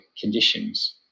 conditions